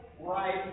right